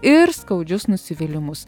ir skaudžius nusivylimus